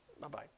Bye-bye